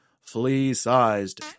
flea-sized